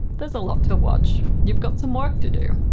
there's a lot to watch! you've got some work to do.